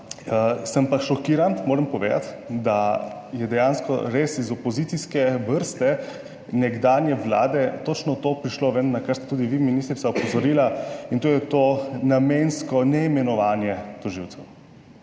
sem pa šokiran, moram povedati, da je dejansko res iz opozicijske vrste nekdanje vlade točno to prišlo ven, na kar ste tudi vi, ministrica, opozorila, in to je to namensko neimenovanje tožilcev.